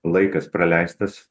laikas praleistas